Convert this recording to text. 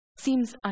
seems